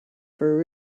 for